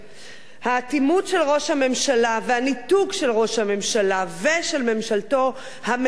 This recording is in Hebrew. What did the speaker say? האטימות של ראש הממשלה והניתוק של ראש הממשלה ושל ממשלתו המנופחת,